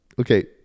Okay